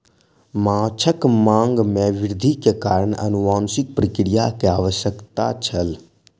माँछक मांग में वृद्धि के कारण अनुवांशिक प्रक्रिया के आवश्यकता छल